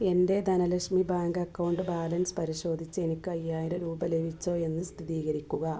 എൻ്റെ Dhanlaxmi bank account balance പരിശോധിച്ച് എനിക്ക് അയ്യായിരം രൂപ ലഭിച്ചോ എന്ന് സ്ഥിതീകരിക്കുക